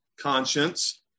Conscience